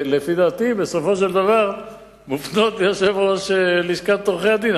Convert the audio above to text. שלפי דעתי בסופו של דבר מופנות ליושב-ראש לשכת עורכי-הדין,